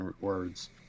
words